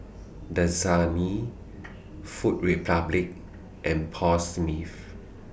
Dasani Food Republic and Paul Smith